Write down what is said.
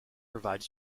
provide